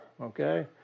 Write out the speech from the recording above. Okay